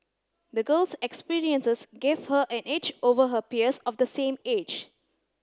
the girl's experiences gave her an edge over her peers of the same age